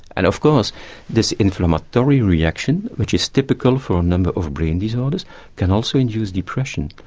and of course this inflammatory reaction which is typical for a number of brain disorders can also induce depression.